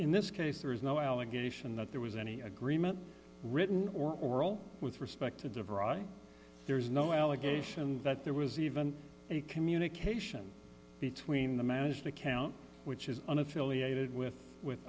in this case there is no allegation that there was any agreement written or oral with respect to the variety there is no allegation that there was even a communication between the managed account which is an affiliated with